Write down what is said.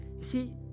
see